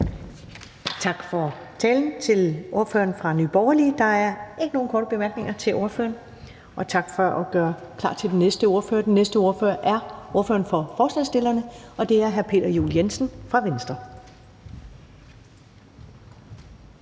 Tak for talen til ordføreren fra Nye Borgerlige. Der er ikke nogen korte bemærkninger til ordføreren. Også tak for at gøre klar til den næste ordfører, som er ordføreren for forslagsstillerne, og det er hr. Peter Juel-Jensen fra Venstre.